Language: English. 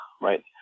right